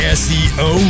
seo